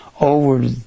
over